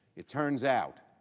it turns out,